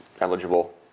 eligible